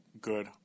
good